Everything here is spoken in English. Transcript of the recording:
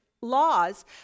laws